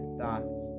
thoughts